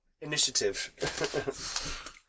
initiative